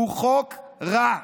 הוא חוק רע.